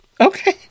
Okay